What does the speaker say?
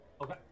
Okay